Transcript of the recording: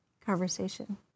conversation